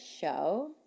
show